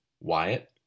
Wyatt